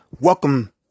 welcome